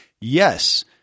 yes